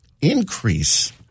increase